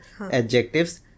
Adjectives